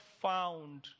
found